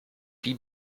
die